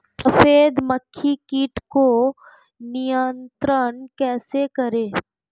सफेद मक्खी कीट को नियंत्रण कैसे करें?